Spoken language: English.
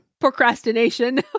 Procrastination